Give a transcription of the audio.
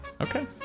Okay